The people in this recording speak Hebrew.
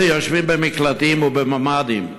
אלה יושבים במקלטים ובממ"דים,